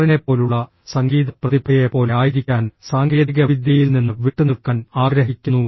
ആറിനെപ്പോലുള്ള സംഗീത പ്രതിഭയെപ്പോലെ ആയിരിക്കാൻ സാങ്കേതികവിദ്യയിൽ നിന്ന് വിട്ടുനിൽക്കാൻ ആഗ്രഹിക്കുന്നു